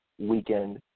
weekend